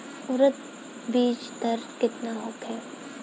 उरद बीज दर केतना होखे?